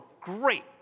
great